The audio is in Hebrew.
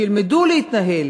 שילמדו להתנהל